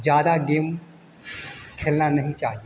ज़्यादा गेम खेलना नहीं चाहिए